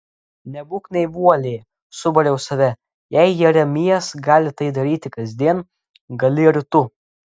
nebūk naivuolė subariau save jei jeremijas gali tai daryti kasdien gali ir tu